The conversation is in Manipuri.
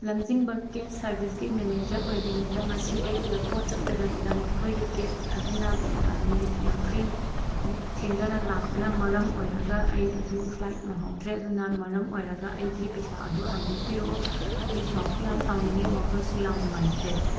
ꯂꯝꯖꯤꯡꯕ ꯀꯦꯞ ꯁꯥꯔꯚꯤꯁꯀꯤ ꯃꯦꯅꯦꯖꯔ ꯑꯣꯏꯕꯤꯔꯕ꯭ꯔꯥ ꯉꯁꯤ ꯑꯩ ꯑꯦꯌꯥꯔꯄꯣꯔꯠ ꯆꯠꯀꯗꯕꯗ ꯅꯈꯣꯏꯒꯤ ꯀꯦꯞ ꯑꯗꯨꯅ ꯃꯤꯅꯠ ꯌꯥꯡꯈꯩꯃꯨꯛ ꯊꯦꯡꯊꯅ ꯂꯥꯛꯄꯅ ꯃꯔꯝ ꯑꯣꯏꯔꯒ ꯑꯩ ꯑꯗꯨ ꯐ꯭ꯂꯥꯏꯠ ꯅꯪꯍꯧꯗ꯭ꯔꯦ ꯑꯗꯨꯅ ꯃꯔꯝ ꯑꯣꯏꯔꯒ ꯑꯩꯒꯤ ꯄꯩꯁꯥ ꯑꯗꯨ ꯍꯟꯗꯣꯛꯄꯤꯔꯛꯑꯣ ꯑꯩ ꯁꯥꯎꯁꯨ ꯌꯥꯝ ꯁꯥꯎꯅꯤꯡꯉꯦ ꯋꯥꯈꯜꯁꯨ ꯌꯥꯝ ꯅꯨꯡꯉꯥꯏꯇ꯭ꯔꯦ